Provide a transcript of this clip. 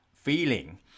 feeling